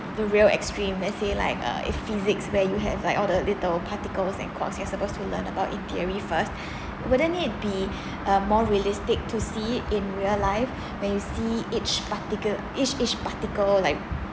the real extreme let's say like uh if physics where you have like all the little particles and cause you're supposed to learn about in theory first wouldn't it be um more realistic to see it in real life when you see each particle each each particle like